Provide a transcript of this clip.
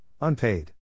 unpaid